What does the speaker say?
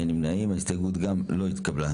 הצבעה ההסתייגות לא נתקבלה ההסתייגות לא התקבלה.